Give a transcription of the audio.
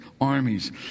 armies